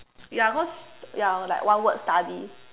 ya because ya like one word study